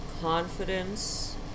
confidence